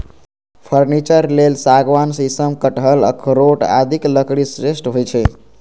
furniture लेल सागवान, शीशम, कटहल, अखरोट आदिक लकड़ी श्रेष्ठ होइ छै